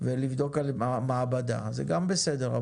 ולבדוק על ידי מעבדה, זה גם בסדר.